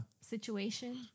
situation